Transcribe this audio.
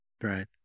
Right